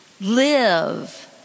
live